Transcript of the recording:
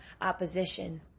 opposition